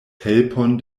helpon